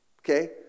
okay